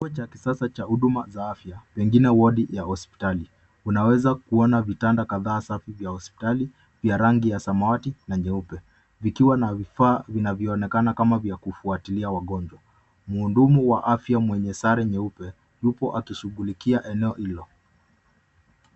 Kituo cha kisasa cha huduma za afya pengine wodi ya hospitali unaweza kuona vitanda kadhaa safi vya hospitali ya rangi ya samawati na nyeupe vikiwa na vifaa vinavyo onekana kama vya kufuatilia wagonjwa. Mhudumu wa afya mwenye sare nyeupe yupo aki shughulikia eneo hilo.